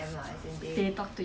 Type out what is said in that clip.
never